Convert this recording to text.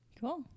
Cool